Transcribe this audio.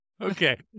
Okay